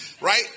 right